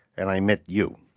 and i met you.